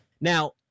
Now